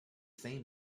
same